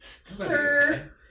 Sir